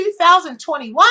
2021